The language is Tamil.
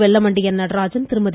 வெல்லமண்டி என் நடராஜன் திருமதி